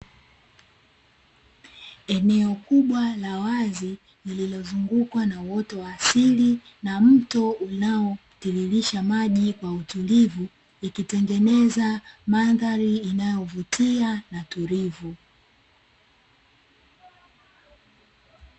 Eneo kubwa la wazi, lilozungukwa na uoto wa asili na mto unaotiririsha maji kwa utulivu. Ikitengeneza mandhari inayovutia na tulivu.